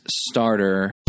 starter